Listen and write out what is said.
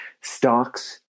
stocks